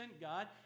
God